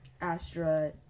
Astra